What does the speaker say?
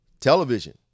Television